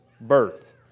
birth